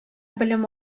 белем